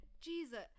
jesus